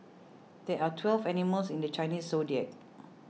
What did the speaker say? there are twelve animals in the Chinese zodiac